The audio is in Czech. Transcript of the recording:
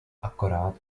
akorát